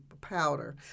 powder